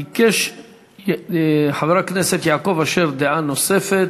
ביקש חבר הכנסת יעקב אשר דעה נוספת.